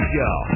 Show